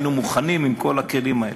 היינו מוכנים עם כל הכלים האלה.